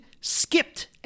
skipped